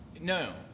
No